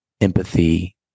empathy